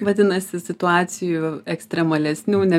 vadinasi situacijų ekstremalesnių ne